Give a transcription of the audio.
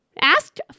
Asked